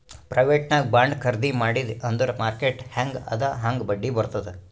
private ನಾಗ್ bond ಖರ್ದಿ ಮಾಡಿದಿ ಅಂದುರ್ ಮಾರ್ಕೆಟ್ ಹ್ಯಾಂಗ್ ಅದಾ ಹಾಂಗ್ ಬಡ್ಡಿ ಬರ್ತುದ್